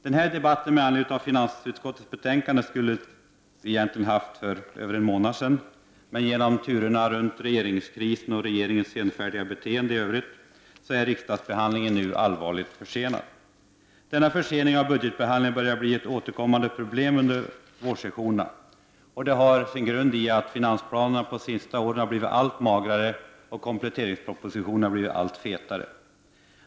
Den här debatten med anledning av finansutskottets betänkande skulle vi egentligen ha haft för över en månad sedan. Men på grund av turerna kring regeringskrisen och regeringens senfärdiga beteende i övrigt är riksdagsbehandlingen nu allvarligt försenad. Denna försening av budgetbehandlingen börjar bli ett återkommande problem under vårsessionerna. Det har sin grund i att finansplanerna under de senaste åren har blivit allt magrare och att kompletteringspropositionerna har blivit allt fetare.